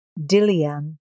Dilian